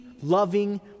loving